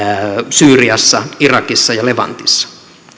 syyriassa irakissa ja levantissa